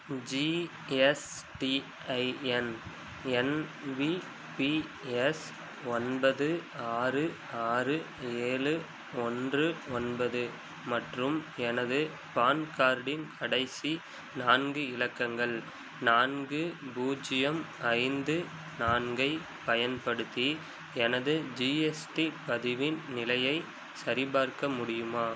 GSTIN எண் V P S ஒன்பது ஆறு ஆறு ஏழு ஒன்று ஒன்பது மற்றும் எனது பான் கார்டின் கடைசி நான்கு இலக்கங்கள் நான்கு பூஜ்ஜியம் ஐந்து நான்கை பயன்படுத்தி எனது ஜிஎஸ்டி பதிவின் நிலையை சரிபார்க்க முடியுமா